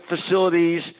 facilities